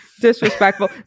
disrespectful